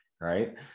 right